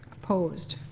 opposed?